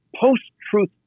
post-truth